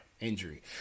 Injury